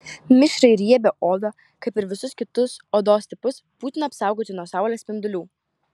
mišrią ir riebią odą kaip ir visus kitus odos tipus būtina apsaugoti nuo saulės spindulių